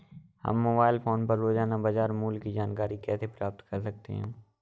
हम mobile phone पर रोजाना बाजार मूल्य की जानकारी कैसे प्राप्त कर सकते हैं?